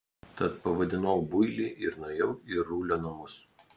tad pavadinau builį ir nuėjau į rulio namus